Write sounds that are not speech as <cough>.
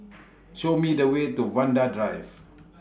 <noise> Show Me The Way to Vanda Drive